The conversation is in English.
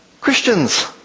Christians